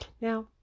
Now